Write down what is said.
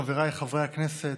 חבריי חברי הכנסת,